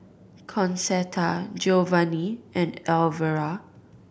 Concetta Geovanni and Alvera